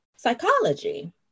Psychology